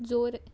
जोर